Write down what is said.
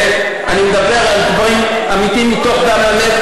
אני מדבר על דברים אמיתיים מתוך דם הלב.